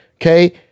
okay